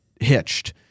hitched